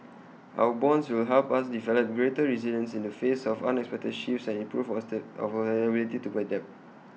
our bonds will help us develop greater resilience in the face of unexpected shifts and improve our our ability to adapt